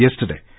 yesterday